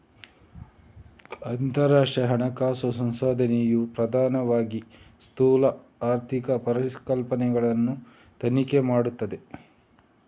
ಅಂತರರಾಷ್ಟ್ರೀಯ ಹಣಕಾಸು ಸಂಶೋಧನೆಯು ಪ್ರಧಾನವಾಗಿ ಸ್ಥೂಲ ಆರ್ಥಿಕ ಪರಿಕಲ್ಪನೆಗಳನ್ನು ತನಿಖೆ ಮಾಡುತ್ತದೆ